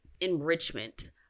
enrichment